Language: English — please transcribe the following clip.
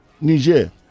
Niger